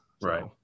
Right